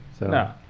No